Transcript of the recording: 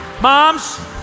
Moms